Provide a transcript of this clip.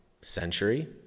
century